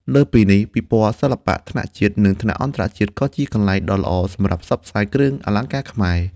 លើសពីនេះ ពិព័រណ៍សិល្បៈ ទាំងថ្នាក់ជាតិ និងថ្នាក់អន្តរជាតិ ក៏ជាកន្លែងដ៏ល្អសម្រាប់ផ្សព្វផ្សាយគ្រឿងអលង្ការខ្មែរ។